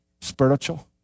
Spiritual